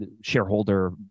shareholder